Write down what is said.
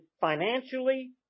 financially